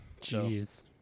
Jeez